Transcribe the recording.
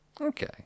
Okay